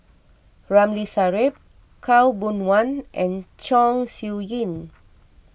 Ramli Sarip Khaw Boon Wan and Chong Siew Ying